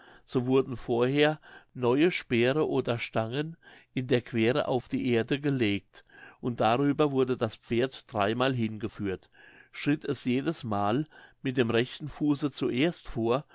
so wurden vorher neue speere oder stangen in der queere auf die erde gelegt und darüber wurde das pferd dreimal hingeführt schritt es jedesmal mit dem rechten fuße zuerst vor